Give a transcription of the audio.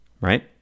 right